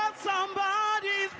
but somebody